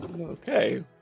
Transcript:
Okay